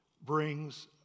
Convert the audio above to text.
brings